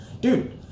dude